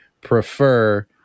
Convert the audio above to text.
prefer